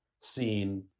scene